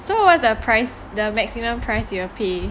so what's the price the maximum price you will pay